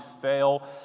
fail